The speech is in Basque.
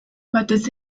batez